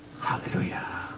hallelujah